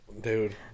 Dude